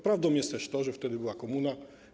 Prawdą jest to, że wtedy była komuna.